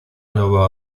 nueva